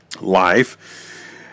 life